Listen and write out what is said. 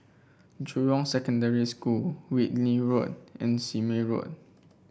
Jurong Secondary School Whitley Road and Sime Road